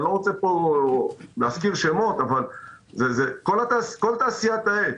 זה כל תעשיית העץ.